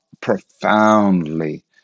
profoundly